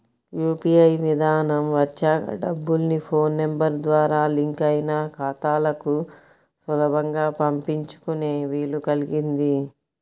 UPI విధానం వచ్చాక డబ్బుల్ని ఫోన్ నెంబర్ ద్వారా లింక్ అయిన ఖాతాలకు సులభంగా పంపించుకునే వీలు కల్గింది